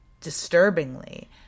disturbingly